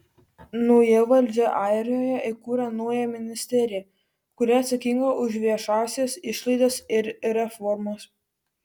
nauja valdžia airijoje įkūrė naują ministeriją kuri atsakinga už viešąsias išlaidas ir reformas